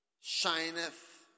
shineth